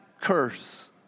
curse